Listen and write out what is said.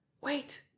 Wait